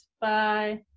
Bye